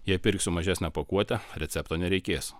jei pirksiu mažesnę pakuotę recepto nereikės